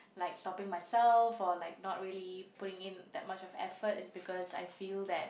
like stopping myself or like not really putting in that much of effort is because I feel that